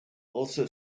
also